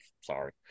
Sorry